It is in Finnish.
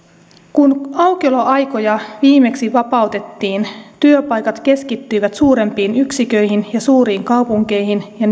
kun aukioloaikoja viimeksi vapautettiin työpaikat keskittyivät suurempiin yksiköihin ja suuriin kaupunkeihin ja